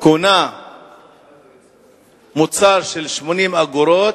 קונה מוצר של 80 אגורות,